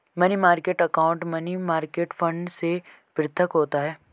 money market account money market fund से पृथक होता है